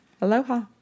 Aloha